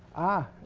ah,